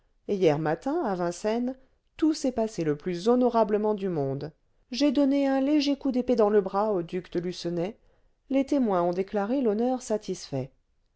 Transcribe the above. hier matin à vincennes tout s'est passé le plus honorablement du monde j'ai donné un léger coup d'épée dans le bras au duc de lucenay les témoins ont déclaré l'honneur satisfait